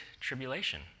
tribulation